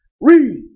Read